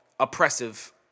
oppressive